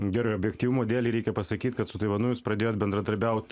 gerai objektyvumo dėlei reikia pasakyt kad su taivanu jūs pradėjot bendradarbiaut